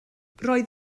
roedd